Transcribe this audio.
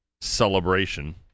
celebration